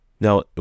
now